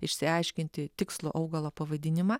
išsiaiškinti tikslų augalo pavadinimą